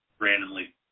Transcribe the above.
randomly